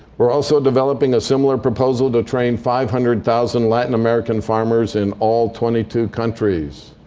we're also developing a similar proposal to train five hundred thousand latin american farmers in all twenty two countries.